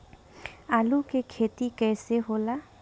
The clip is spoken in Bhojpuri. आलू के खेती कैसे होला?